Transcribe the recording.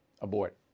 Abort